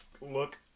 look